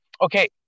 Okay